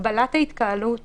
הגבלת ההתקהלות